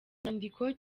inyandiko